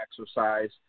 exercise